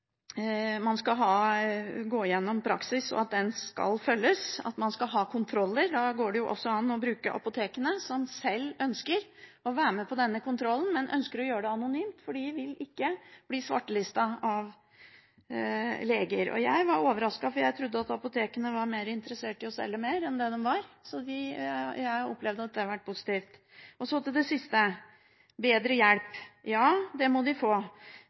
man skal gå gjennom praksis, og at den skal følges, at man skal ha kontroller. Da går det også an å bruke apotekene, som sjøl ønsker å være med på denne kontrollen, men ønsker å gjøre det anonymt, fordi de ikke vil bli svartelistet av leger. Det overrasket meg, for jeg trodde apotekene var mer interessert i å selge mer enn det de gjør, så det opplevde jeg som positivt. Så til det siste, bedre hjelp: Ja, det må de få.